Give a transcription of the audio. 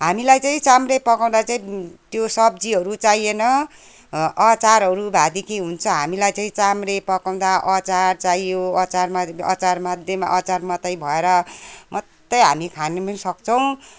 हामीलाई चाहिँ चाम्रे पकाउँदा चाहिँ त्यो सब्जीहरू चाहिएन अचारहरू भएदेखि हुन्छ हामीलाई चाहिँ चाम्रे पकाउँदा अचार चाहियो अचारमा अचारमध्येमा अचार मात्रै भएर मात्रै हामी खान पनि सक्छौँ